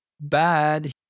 bad